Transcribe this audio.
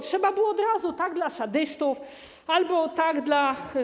Trzeba było od razu: tak dla sadystów albo tak dla.